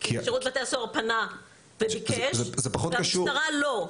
כי שירות בתי הסוהר פנה וביקש והמשטרה לא.